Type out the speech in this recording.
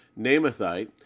Namathite